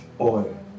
oil